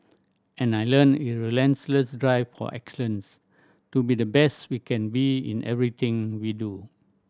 and I learnt a relentless drive for excellence to be the best we can be in everything we do